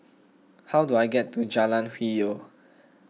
how do I get to Jalan Hwi Yoh